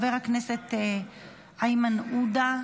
חבר הכנסת איימן עודה,